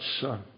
son